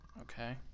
Okay